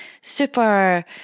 super